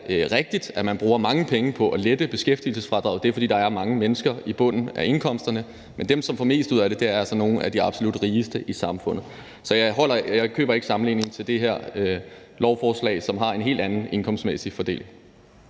rigtigt, at man bruger mange penge på at lette beskæftigelsesfradraget, og det er, fordi der er mange mennesker i bunden af indkomsterne. Men dem, som får mest ud af det, er altså nogle af de absolut rigeste i samfundet. Så jeg køber ikke sammenligningen med det her lovforslag, som har en helt anden indkomstmæssig fordeling.